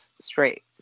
straight